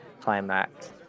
climax